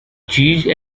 cheese